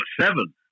seven